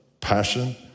Passion